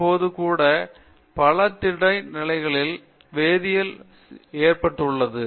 இப்போது கூட பல திட நிலை வேதியியல் அதை ஏற்றுக்கொள்ளாது